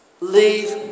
Leave